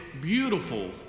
beautiful